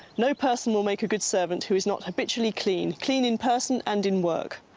no person will make a good servant who is not habitually clean, clean in person and in work.